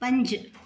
पंज